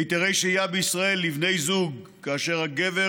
היתרי שהייה בישראל לבני זוג כאשר הגבר